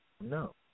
No